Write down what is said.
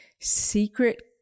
secret